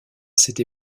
cette